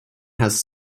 has